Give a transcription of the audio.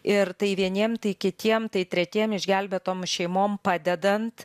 ir tai vieniem tai kitiem tai tretiem išgelbėtom šeimom padedant